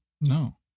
no